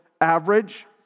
average